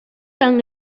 tan